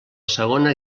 segona